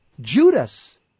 Judas